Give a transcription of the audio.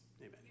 Amen